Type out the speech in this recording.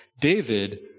David